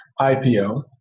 IPO